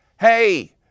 hey